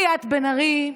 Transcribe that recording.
ליאת בן ארי,